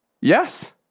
Yes